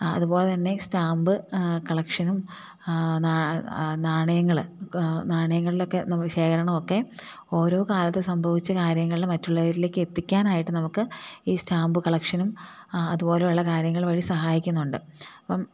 അതുപോലെ തന്നെ സ്റ്റാമ്പ് കളക്ഷനും നാണയങ്ങൾ നാണയങ്ങളിലൊക്കെ നമ്മൾ ശേഖരണമൊ ക്കെ ഓരോ കാലത്ത് സംഭവിച്ച കാര്യങ്ങളെ മറ്റുള്ളവരിലേക്ക് എത്തി നോക്കാനായിട്ട് നമുക്ക് ഈ സ്റ്റാമ്പ് കളക്ഷനും അത്പോലെയുള്ള കാര്യങ്ങൾ വഴി സഹായിക്കുന്നുണ്ട് അപ്പം